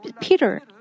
Peter